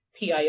PIO